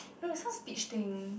no it's not speech thing